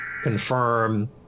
confirm